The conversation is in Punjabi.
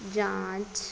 ਜਾਂਚ